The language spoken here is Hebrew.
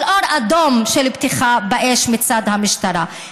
אור אדום של פתיחה באש מצד המשטרה.